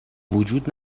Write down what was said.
وجود